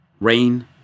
Rain